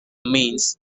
means